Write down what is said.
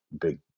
big